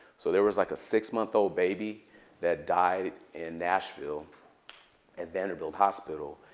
so there was, like, a six-month-old baby that died in nashville at vanderbilt hospital.